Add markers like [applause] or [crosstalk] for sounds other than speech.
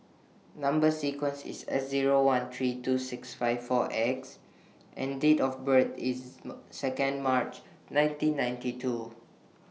Number sequence IS S Zero one three two six five four X [noise] and Date of birth IS [unintelligible] Second March nineteen ninety two